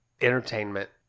entertainment